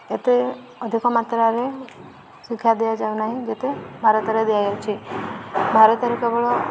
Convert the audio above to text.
ଏତେ ଅଧିକ ମାତ୍ରାରେ ଶିକ୍ଷା ଦିଆଯାଉନାହିଁ ଯେତେ ଭାରତରେ ଦିଆଯାଉଛି ଭାରତରେ କେବଳ